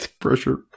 Pressure